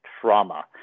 trauma